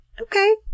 Okay